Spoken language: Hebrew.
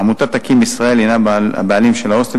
עמותת "אקי"ם ישראל" הינה הבעלים של ההוסטל,